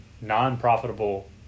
non-profitable